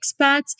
expats